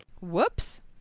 Whoops